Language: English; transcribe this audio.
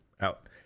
out